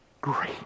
great